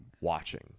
watching